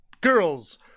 Girls